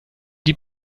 die